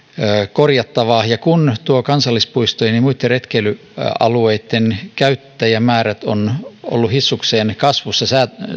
korjattavaa kun kansallispuistojen ja ja muitten retkeilyalueitten käyttäjämäärät ovat olleet hissukseen kasvussa